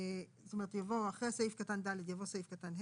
זאת אומרת "אחרי סעיף קטן (ד) יבוא סעיף קטן (ה)